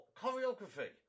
choreography